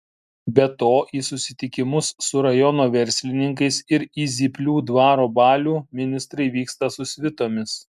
be to į susitikimus su rajono verslininkais ir į zyplių dvaro balių ministrai vyksta su svitomis